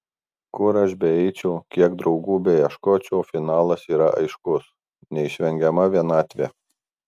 kur aš beeičiau kiek draugų beieškočiau finalas yra aiškus neišvengiama vienatvė